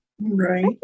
right